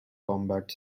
combat